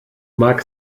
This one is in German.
mag